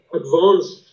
advanced